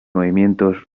movimientos